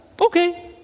Okay